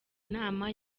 nama